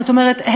זאת אומרת,